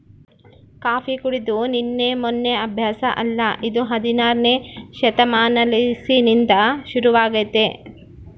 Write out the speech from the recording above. coffee ಕುಡೆದು ನಿನ್ನೆ ಮೆನ್ನೆ ಅಭ್ಯಾಸ ಅಲ್ಲ ಇದು ಹದಿನಾರನೇ ಶತಮಾನಲಿಸಿಂದ ಶುರುವಾಗೆತೆ